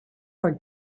for